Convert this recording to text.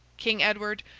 king edward,